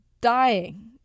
dying